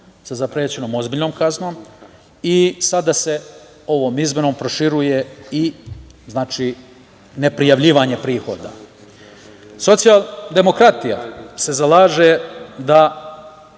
sa zaprećenom ozbiljnom kaznom. Sada se ovom izmenom proširuje i ne prijavljivanje prihoda. Socijaldemokratija se zalaže da,